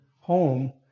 home